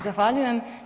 Zahvaljujem.